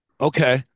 okay